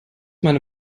meine